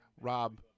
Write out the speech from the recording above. Rob